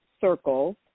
circles